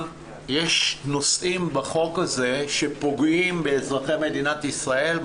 יש נושאים בחוק הזה שפוגעים באזרחי מדינת ישראל,